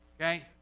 okay